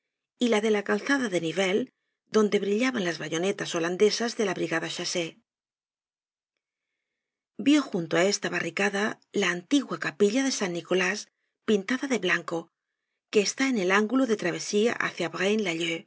y la de la calzada de nivelles donde brillaban las bayonetas holandesas de la brigada chassé vió junto á esta barricada la antigua capilla de san nicolás pintada de blanco que está en el ángulo de travesía hácia